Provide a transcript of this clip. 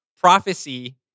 prophecy